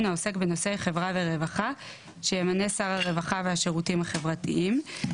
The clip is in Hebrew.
העוסק בנושאי חברה ורווחה שימנה שר הרווחה והשירותים החברתיים.".